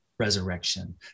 resurrection